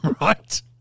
Right